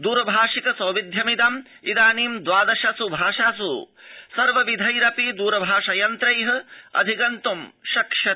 दरभाषिक सौविध्यमिदम् इदानी द्वादशस् भाषास् सर्वविधैरपि दरभाष यन्त्रै अधिगन्तुं शक्यते